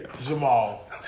Jamal